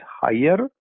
higher